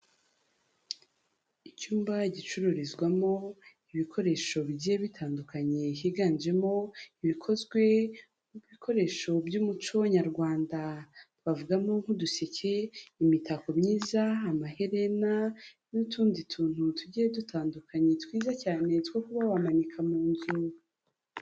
Icyumba gicururizwamo ibikoresho bigiye bitandukanye, higanjemo ibikozwe nk'ibikoresho by'umuco nyarwanda. Twavugamo nk'uduseke, imitako myiza, amaherena n'utundi tuntu tugiye dutandukanye twiza cyane, two kuba wamanika mu nzu.